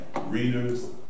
readers